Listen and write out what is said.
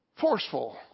forceful